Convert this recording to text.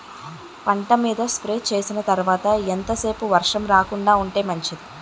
పంట మీద స్ప్రే చేసిన తర్వాత ఎంత సేపు వర్షం రాకుండ ఉంటే మంచిది?